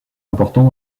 important